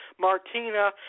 Martina